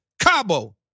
Cabo